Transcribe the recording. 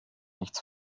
nichts